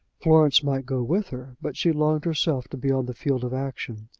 florence might go with her, but she longed herself to be on the field of action.